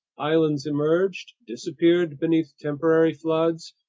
islands emerged, disappeared beneath temporary floods,